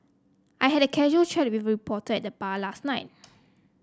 I had a casual chat with a reporter at the bar last night